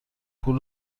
پول